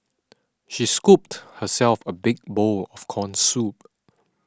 she scooped herself a big bowl of Corn Soup